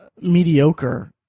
mediocre